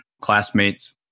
classmates